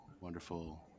wonderful